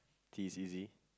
T is easy